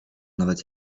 nawet